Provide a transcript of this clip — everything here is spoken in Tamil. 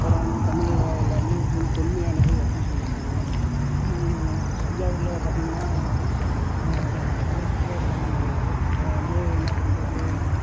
அப்புறம் வந்து தமிழில் எல்லாமே மிகவும் தொன்மையானது அப்புடினு சொல்லியிருக்காங்க தஞ்சாவூரில் பார்த்திங்கன்னா நிறைய சுற்றுலாத்தலங்கள் உள்ளது அப்புறம் வந்து என்ன பண்றது